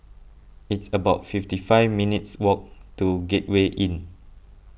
it's about fifty five minutes' walk to Gateway Inn